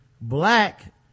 black